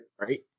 Right